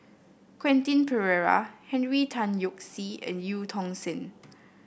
Quentin Pereira Henry Tan Yoke See and Eu Tong Sen